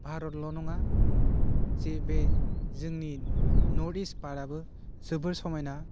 भारतल' नङा जे बे जोंनि नर्थइस्टपार्टआबो जोबोर समायना